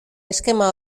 eskema